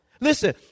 Listen